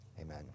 amen